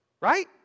Right